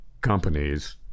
companies